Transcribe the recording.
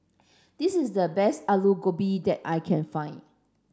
this is the best Alu Gobi that I can find